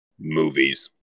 movies